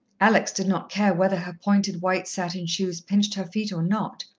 alex did not care whether her pointed, white satin shoes pinched her feet or not.